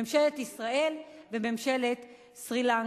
ממשלת ישראל וממשלת סרי-לנקה.